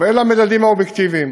אבל אלה המדדים האובייקטיביים